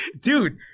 Dude